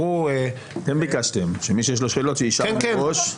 אתם ביקשתם שמי שיש לו שאלות, שישאל מראש.